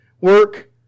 work